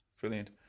brilliant